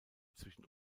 zwischen